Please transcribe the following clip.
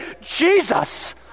Jesus